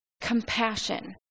compassion